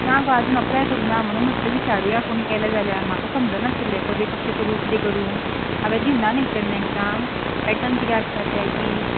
ना गो आजून अप्लाय करुना म्हणून म्हटलें विचारूया कोणी केले जाल्यार म्हाका समजनासलें करूं कशें करूं किदें करू हांवें दिवना न्ही तेन्ना एग्जाम पॅटन किदें आसता ते बी